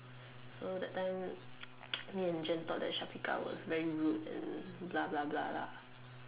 so that time me and Jen thought that Syafiqah was very rude and blah blah blah lah